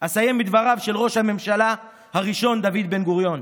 אסיים בדבריו של ראש הממשלה הראשון דוד בן-גוריון,